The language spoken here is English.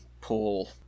pull